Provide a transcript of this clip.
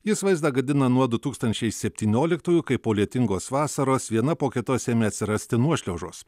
jis vaizdą gadina nuo du tūkstančiai septynioliktųjų kai po lietingos vasaros viena po kitos ėmė atsirasti nuošliaužos